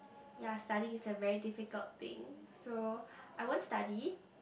ya studying is a very difficult thing so I won't study